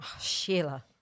Sheila